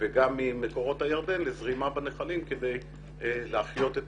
וגם ממקורות הירדן לזרימה בנחלים כדי להחיות את